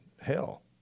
hell